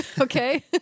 okay